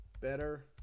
better